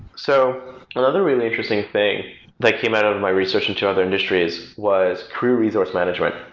so another really interesting thing, like demand on my research into other industries was pre-resource management.